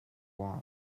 walk